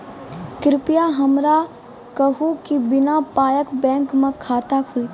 कृपया हमरा कहू कि बिना पायक बैंक मे खाता खुलतै?